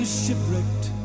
shipwrecked